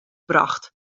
brocht